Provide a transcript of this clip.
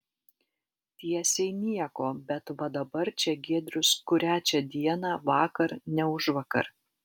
tiesiai nieko bet va dabar čia giedrius kurią čia dieną vakar ne užvakar